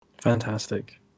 Fantastic